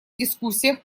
дискуссиях